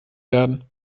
werden